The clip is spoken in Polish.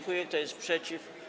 Kto jest przeciw?